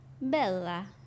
bella